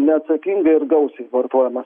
neatsakingai ir gausiai vartojamas